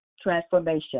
Transformation